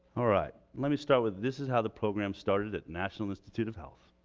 all right. let me start with this is how the program started at national institute of health.